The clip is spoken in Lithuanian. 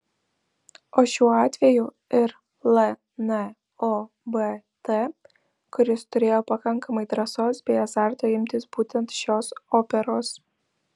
o šiuo atveju ir lnobt kuris turėjo pakankamai drąsos bei azarto imtis būtent šios operos